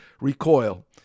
recoil